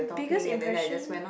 biggest impression